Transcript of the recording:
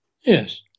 Yes